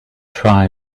try